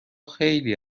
خیلی